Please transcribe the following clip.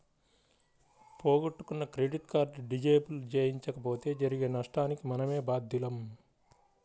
పోగొట్టుకున్న credit card disable చేయించకపోతే జరిగే నష్టానికి మనమే బాధ్యులం